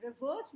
reverse